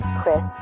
Chris